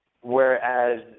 Whereas